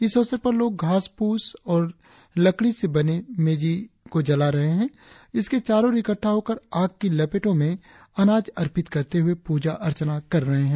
इस अवसर पर लोग घास फूस और लकड़ी से बनी मेजी जलाते है इसके चारों ओर इकटठा होकर आग की लपटों में अनाज अर्पित करते हुए पूजा अर्चना करते है